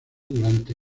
durante